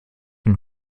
wenn